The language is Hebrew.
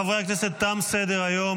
חברי הכנסת, תם סדר-היום.